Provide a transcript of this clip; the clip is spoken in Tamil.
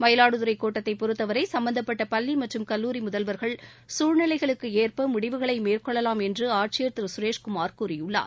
மயிலாடுதுறைகோட்டத்தைபொறுத்தவரைசம்பந்தப்பட்டபள்ளிமற்றும் கல்லூரிமுதல்வர்கள் சூழ்நிலைகளுக்குஏற்பமுடிவுகளைமேற்கொள்ளலாம் என்றுஆட்சியர் திருசுரேஷ் குமார் கூறியுள்ளார்